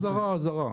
אזהרה,